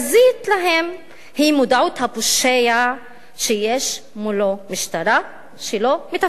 להם היא מודעות הפושע שיש מולו משטרה שלא מתפקדת.